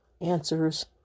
answers